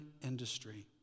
industry